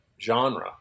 genre